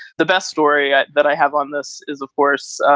the best story that i have on this is, of course,